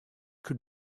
could